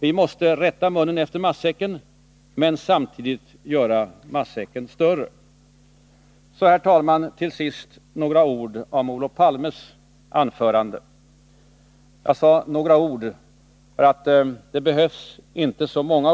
Vi måste rätta munnen efter matsäcken men samtidigt göra matsäcken större. Så, herr talman, till sist några ord om Olof Palmes anförande. Jag sade ”några ord”, för det behövs inte många.